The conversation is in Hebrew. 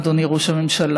אדוני ראש הממשלה,